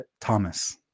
Thomas